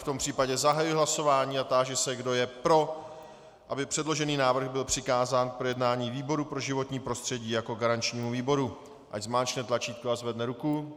V tom případě zahajuji hlasování a táži se, kdo je pro, aby předložený návrh byl přikázán k projednání výboru pro životní prostředí jako garančnímu výboru, ať zmáčkne tlačítko a zvedne ruku.